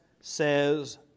says